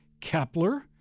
Kepler